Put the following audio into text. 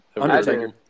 Undertaker